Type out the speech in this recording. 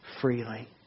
freely